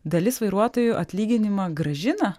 dalis vairuotojų atlyginimą grąžina